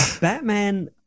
Batman